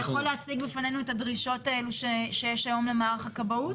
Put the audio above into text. אתה יכול להציג בפנינו את הדרישות האלו שיש היום למערך הכבאות?